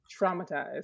traumatized